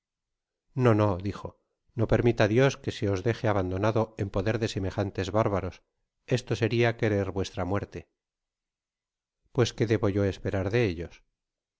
no no dijo no permita dios que se os deje abandonado en poder de semejantes bárbaros esto seria querer vuestra muerte pues qué debo yo esperar de ejlos